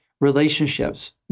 relationships